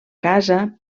casa